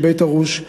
מבית-ארוש,